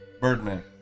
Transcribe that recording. Birdman